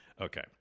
Okay